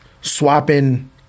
swapping